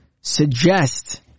suggest